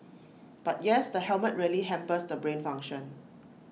but yes the helmet really hampers the brain function